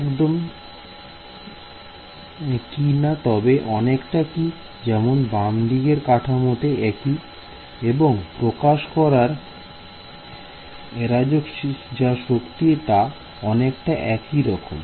একদম একি না তবে অনেকটা কি যেমন বামদিকের কাঠামোটা একি এবং প্রকাশ করার এরজা শক্তি তা অনেকটা একই রকম